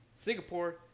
Singapore